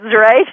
right